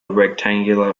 rectangular